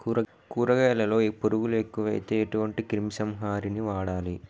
కూరగాయలలో పురుగులు ఎక్కువైతే ఎటువంటి క్రిమి సంహారిణి వాడాలి?